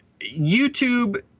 YouTube